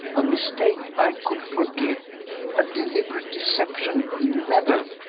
a mistake i could forgive a deliberate deception, never!